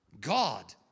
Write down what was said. God